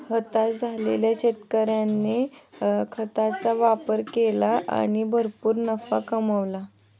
हताश झालेल्या शेतकऱ्याने खताचा वापर केला आणि भरपूर नफा कमावला